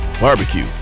barbecue